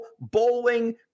bowling